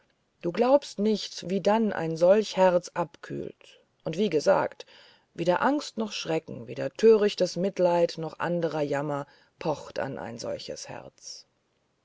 du glaubst nicht wie dann solch ein herz abkühlt und wie gesagt weder angst noch schrecken weder törichtes mitleiden noch anderer jammer pocht an solch ein herz